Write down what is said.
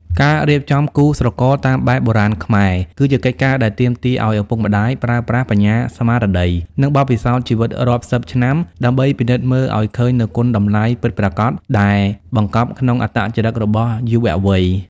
ការរៀបចំគូស្រករតាមបែបបុរាណខ្មែរ គឺជាកិច្ចការដែលទាមទារឱ្យឪពុកម្ដាយប្រើប្រាស់បញ្ញាស្មារតី និងបទពិសោធន៍ជីវិតរាប់សិបឆ្នាំ ដើម្បីពិនិត្យមើលឱ្យឃើញនូវគុណតម្លៃពិតប្រាកដដែលបង្កប់ក្នុងអត្តចរិតរបស់យុវវ័យ។